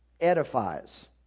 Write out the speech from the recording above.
edifies